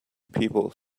people